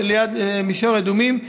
ליד מישור אדומים,